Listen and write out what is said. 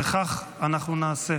וכך אנחנו נעשה.